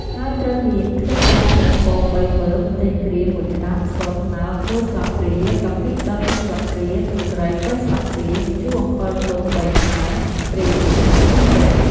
ហើយត្រូវមាន ខ្ទឹមក្រហមបំពង ៣មើម ម្ទេសក្រៀម ១ក្តាប់ ស្ករត្នោត ១ស្លាបព្រា កាពិដុត ១ស្លាបព្រា ទឹកត្រី ៣ស្លាបព្រា ម្ជូរអំពិលទុំ ៣ផ្លែ ប្រេងឆា ២វែក។